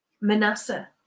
Manasseh